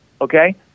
okay